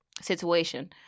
situation